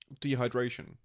dehydration